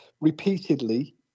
repeatedly